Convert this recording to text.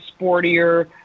sportier